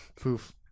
Poof